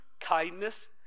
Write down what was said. kindness